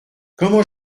comment